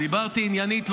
דיברתי עניינית.